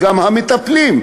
וגם המטפלים.